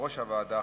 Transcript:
יושב-ראש הוועדה,